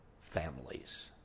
families